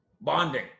Bonding